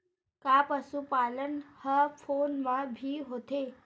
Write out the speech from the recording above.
का पशुपालन ह फोन म भी होथे?